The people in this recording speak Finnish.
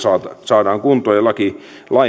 saadaan kuntoon ja